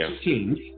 Change